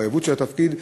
המחויבות של התפקיד,